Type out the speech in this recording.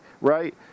right